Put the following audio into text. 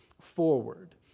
forward